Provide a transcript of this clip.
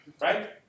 Right